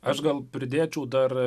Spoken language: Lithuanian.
aš gal pridėčiau dar